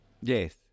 Yes